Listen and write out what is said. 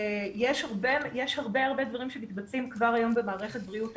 יש הרבה דברים שמתבצעים כבר היום במערכת בריאות הנפש,